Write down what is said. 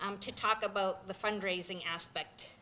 i'm to talk about the fundraising aspect